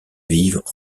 vivent